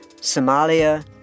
Somalia